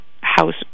house